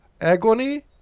agony